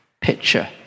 picture